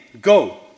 Go